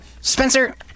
Spencer